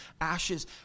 ashes